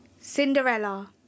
Cinderella